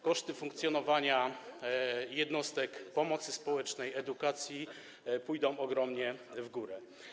Koszty funkcjonowania jednostek pomocy społecznej, edukacji pójdą ogromnie w górę.